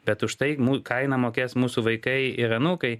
bet už tai kainą mokės mūsų vaikai ir anūkai